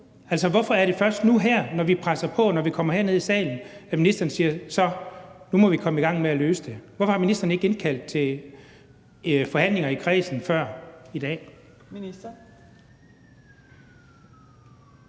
Altså, hvorfor er det først nu her, når vi presser på og får det her ned i salen, at ministeren siger: Så, nu må vi komme i gang med at løse det? Hvorfor har ministeren ikke indkaldt til forhandlinger i kredsen før i dag?